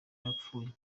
yarapfuye